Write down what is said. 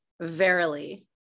Verily